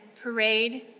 parade